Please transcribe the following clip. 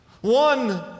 One